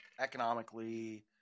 economically